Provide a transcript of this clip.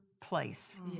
place